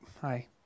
Hi